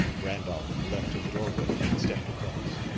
randolph left his doorway and stepped across.